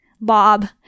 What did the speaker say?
Bob